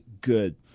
good